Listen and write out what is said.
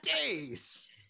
days